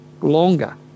longer